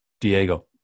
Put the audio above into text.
Diego